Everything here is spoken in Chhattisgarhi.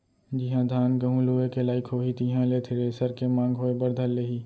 जिहॉं धान, गहूँ लुए के लाइक होही तिहां ले थेरेसर के मांग होय बर धर लेही